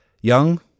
Young